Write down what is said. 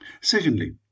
Secondly